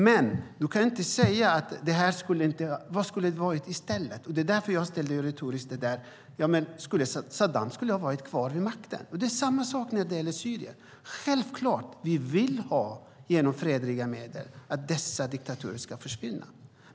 Men du kan inte tala om vad som skulle ha varit i stället. Det var därför jag ställde en retorisk fråga, om Saddam skulle ha varit kvar vid makten. Det är samma sak när det gäller Syrien. Självklart vill vi genom fredliga medel att dessa diktaturer ska försvinna.